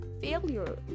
failure